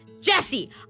Jesse